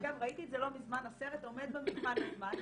אגב, ראיתי את זה לא מזמן והסרט עומד במבחן הזמן.